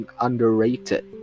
underrated